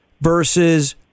versus